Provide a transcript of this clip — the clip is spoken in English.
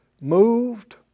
Moved